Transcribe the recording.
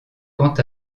quant